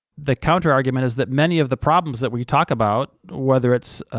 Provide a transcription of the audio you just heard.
the counter-argument is that many of the problems that we talk about, whether it's,